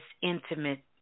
intimate